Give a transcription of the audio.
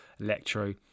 Electro